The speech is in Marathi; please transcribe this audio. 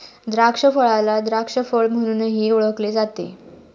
द्राक्षफळाला द्राक्ष फळ म्हणूनही ओळखले जाते